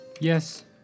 Yes